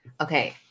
Okay